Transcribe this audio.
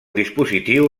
dispositiu